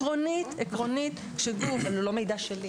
זה לא מידע שלי.